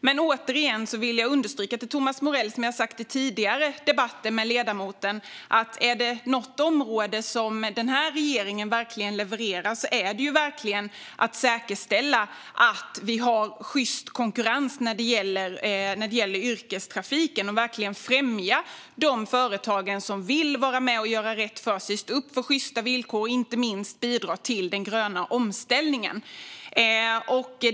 Jag vill återigen understryka för Thomas Morell det jag sagt i tidigare debatter med ledamoten: Är det på något område den här regeringen verkligen levererar är det att säkerställa att vi har sjyst konkurrens när det gäller yrkestrafiken och främja de företag som vill vara med och göra rätt för sig, stå upp för sjysta villkor och inte minst bidra till den gröna omställningen.